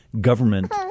government